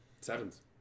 Sevens